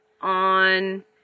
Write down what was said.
on